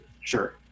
sure